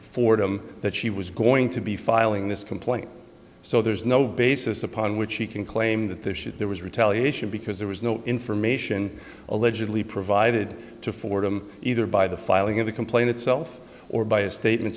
fordham that she was going to be filing this complaint so there is no basis upon which she can claim that there should there was retaliation because there was no information allegedly provided to fordham either by the filing of the complaint itself or by a statement